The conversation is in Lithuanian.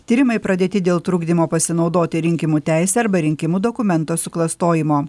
tyrimai pradėti dėl trukdymo pasinaudoti rinkimų teise arba rinkimų dokumento suklastojimo